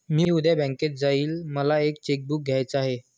मी उद्या बँकेत जाईन मला एक चेक बुक घ्यायच आहे